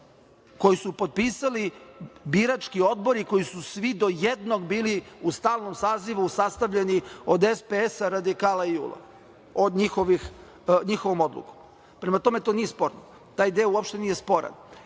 koji su potpisali birački odbori, koji su svi do jednog bili u stalnom sazivu sastavljeni od SPS, radikala i JUL-a, njihovom odlukom. Prema tome to nije sporno, taj deo uopšte nije sporan. Jedna